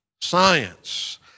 science